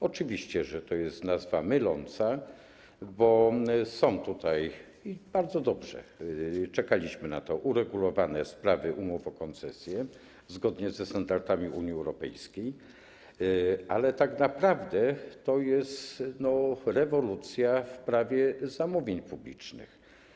Oczywiście, jest to nazwa myląca, bo są tutaj - i bardzo dobrze, czekaliśmy na to - uregulowane sprawy umów koncesji zgodnie ze standardami Unii Europejskiej, ale tak naprawdę to jest rewolucja w Prawie zamówień publicznych.